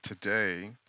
Today